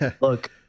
look